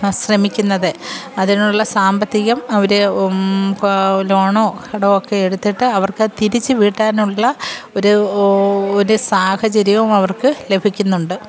ശ്രമിക്കുന്നത് അതിനുള്ള സാമ്പത്തികം അവർ ലോണോ കടമോ ഒക്കെ എടുത്തിട്ട് അവർക്ക് തിരിച്ചു വീട്ടാനുള്ള ഒരു ഒരു സാഹചര്യവും അവർക്ക് ലഭിക്കുന്നുണ്ട്